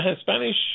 Spanish